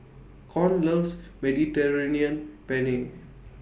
Con loves Mediterranean Penne